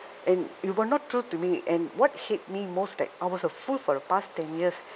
and you were not true to me and what hit me most that I was a fool for the past ten years